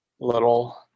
little